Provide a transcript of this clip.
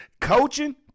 coaching